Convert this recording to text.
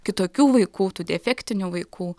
kitokių vaikų tų defektinių vaikų